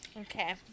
Okay